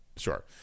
Sure